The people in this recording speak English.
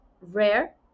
rare